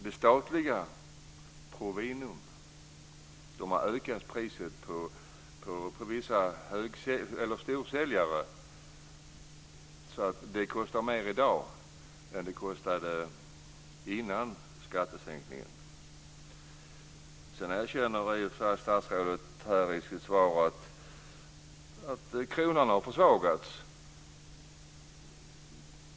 Det statliga Provinum har ökat priset på vissa storsäljare så att de kostar mer i dag än före skattesänkningen. Statsrådet erkänner i sitt svar att kronan har försvagats.